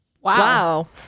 Wow